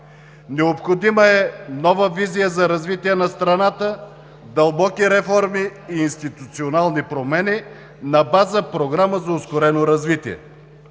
Необходима е нова визия за развитие на страната, дълбоки реформи и институционални промени на база програма за ускорено развитие.